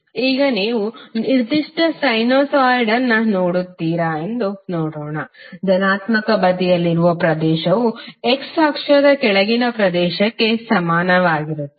ಈಗ ನೀವು ನಿರ್ದಿಷ್ಟ ಸೈನುಸಾಯ್ಡ್ ಅನ್ನು ನೋಡುತ್ತೀರಾ ಎಂದು ನೋಡೋಣ ಧನಾತ್ಮಕ ಬದಿಯಲ್ಲಿರುವ ಪ್ರದೇಶವು x ಅಕ್ಷದ ಕೆಳಗಿನ ಪ್ರದೇಶಕ್ಕೆ ಸಮಾನವಾಗಿರುತ್ತದೆ